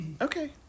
Okay